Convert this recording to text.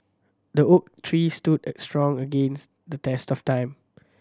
the oak tree stood strong against the test of time